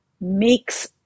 makes